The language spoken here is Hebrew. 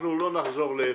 אנחנו לא נחזור לאפס.